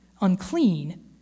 unclean